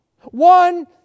One